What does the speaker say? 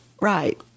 right